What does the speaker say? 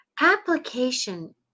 Application